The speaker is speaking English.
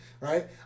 right